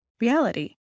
reality